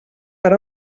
per